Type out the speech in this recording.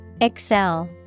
Excel